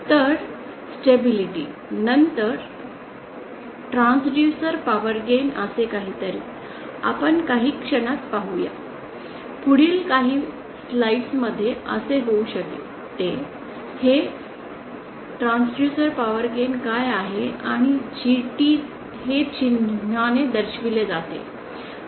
तर स्टॅबिलिटी नंतर transducer power gain असे काहीतरी आपण काही क्षणात पाहू पुढील काही स्लाइड्स मध्ये असे होऊ शकते हे ट्रान्सड्यूसर पॉवर गेन काय आहे आणि GT हे चिन्ह दर्शविले जाते